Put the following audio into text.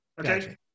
okay